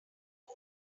und